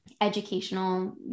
educational